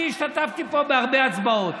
אני השתתפתי פה בהרבה הצבעות.